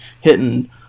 hitting